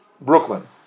Brooklyn